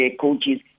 coaches